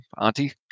Auntie